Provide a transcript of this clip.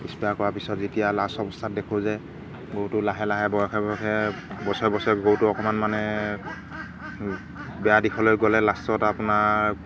sprayer কৰাৰ পিছত যেতিয়া লাষ্ট অৱস্থাত দেখোঁ যে গৰুটো লাহে লাহে বয়সে বয়সে বছৰে বছৰে গৰুটো অকণমান মানে বেয়া দিশলৈ গ'লে লাষ্টত আপোনাৰ